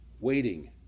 waiting